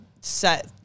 set